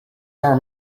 our